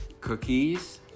cookies